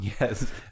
yes